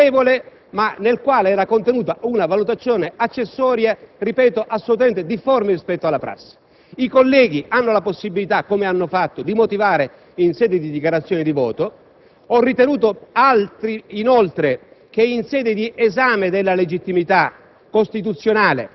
Analogamente a questa prassi, oggi non ho giudicato ammissibile la presentazione di un parere favorevole, ma nel quale era contenuta una valutazione accessoria, essendo ciò, ripeto, assolutamente difforme rispetto alla prassi. I colleghi hanno la possibilità - come hanno fatto - di motivare in sede di dichiarazione di voto.